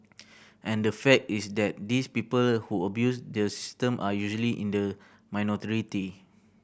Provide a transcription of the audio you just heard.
and the fact is that these people who abuse the system are usually in the minority